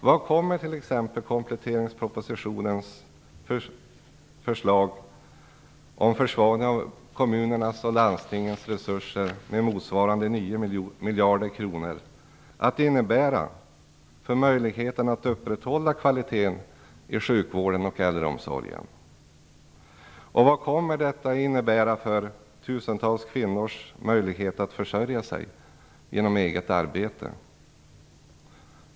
Vad kommer t.ex. kompletteringspropositionens förslag om försvagning av kommunernas och landstingens resurser motsvarande 9 miljarder kronor att innebära för möjligheten att upprätthålla kvaliteten i sjukvården och äldreomsorgen? Vad kommer detta att innebära för tusentals kvinnors möjlighet att försörja sig genom eget arbete?